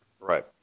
Right